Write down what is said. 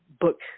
book